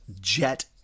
jet